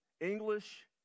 english